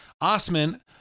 Osman